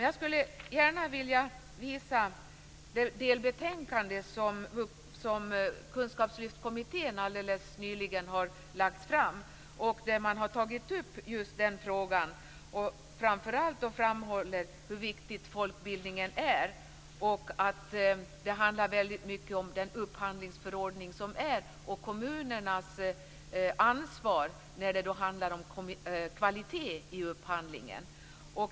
Jag skulle vilja hänvisa till det delbetänkande som Kunskapslyftskommittén nyligen har lagt fram. Man tar där upp just den frågan och framhåller framför allt hur viktig folkbildningen är. Det handlar mycket om den upphandlingsförordning som finns och kommunernas ansvar när det handlar om kvalitet i upphandlingen.